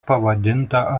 pavadinta